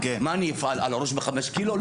מה אני אפעל על הראש בחמש קילו?